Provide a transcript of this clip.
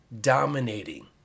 dominating